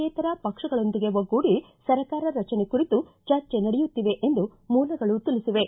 A ಯೇತರ ಪಕ್ಷಗಳೊಂದಿಗೆ ಒಗ್ಗೂಡಿ ಸರ್ಕಾರ ರಚನೆ ಕುರಿತು ಚರ್ಚೆ ನಡೆಯುತ್ತಿವೆ ಎಂದು ಮೂಲಗಳು ತಿಳಿಸಿವೆ